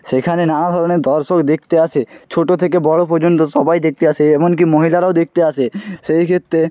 সেখানে নানা ধরনের দর্শক দেখতে আসে ছোটো থেকে বড় পর্যন্ত সবাই দেখতে আসে এমনকি মহিলারাও দেখতে আসে সেই ক্ষেত্রে